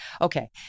Okay